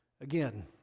Again